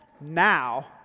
now